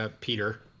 Peter